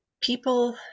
people